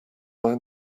mind